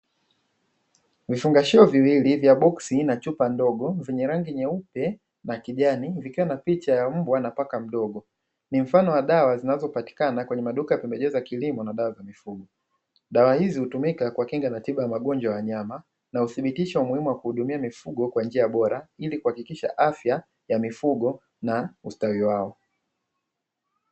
Vifungashio viwili vya boksi na chupa ndogo vyenye rangi nyeupe na kijani vikiwa na picha ya mbwa na paka mdogo, ni mfano wa dawa zinazopatikana kwenye maduka ya pembejeo za kilimo na dawa za mifugo. Dawa hizi hutumika kuwakinga na tiba ya magonjwa ya wanyama na huthibitisha umuhimu wa kuhudumia mifugo kwa njia bora ili kuakikisha afya ya mifugo na ustawi wao.